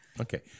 Okay